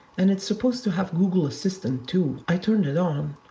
and it's supposed to have google assistant too. i turned it on,